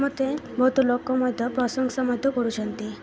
ମୋତେ ବହୁତ ଲୋକ ମଧ୍ୟ ପ୍ରଶଂସା ମଧ୍ୟ କରୁଛନ୍ତି